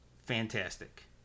fantastic